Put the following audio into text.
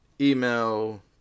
email